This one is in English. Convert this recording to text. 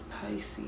pisces